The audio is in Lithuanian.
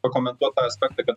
pakomentuot tą estetiką